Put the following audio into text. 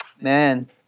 man